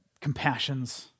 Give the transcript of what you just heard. compassions